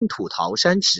安土桃山时代